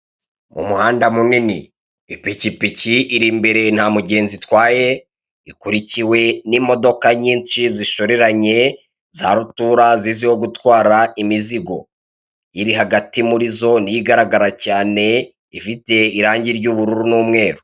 Umuhanda munini ipikipiki iri imbere ntamugenzi itwaye ikurikiwe nimodoka nyinshi zishoreranye za rutura ziziho gutwara imizigo iri hagati murizo niyo igaragara cyane ifite irangi ry'ubururu n'umweru.